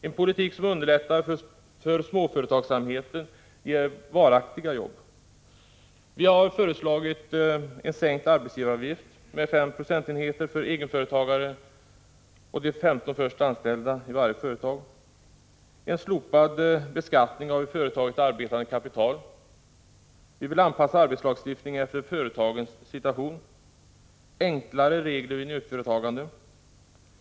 En politik som underlättar för småföretagsamheten ger varaktiga jobb. Vi har föreslagit en sänkt arbetsgivaravgift med 5 procentenheter för egenföretagare och de 15 först anställda i varje företag samt en slopad beskattning av i företaget arbetande kapital. Vi vill anpassa arbetslagstiftningen efter företagens situation och införa enklare regler vid nyföretagande.